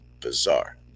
bizarre